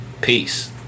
peace